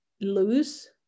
lose